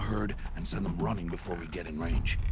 herd, and send them running before we get in range.